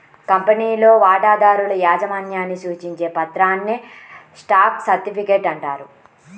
కంపెనీలో వాటాదారుల యాజమాన్యాన్ని సూచించే పత్రాన్నే స్టాక్ సర్టిఫికేట్ అంటారు